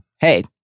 Hey